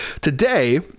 today